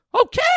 Okay